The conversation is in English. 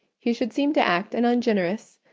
he should seem to act an ungenerous,